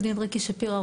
מה זה קשור?